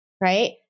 right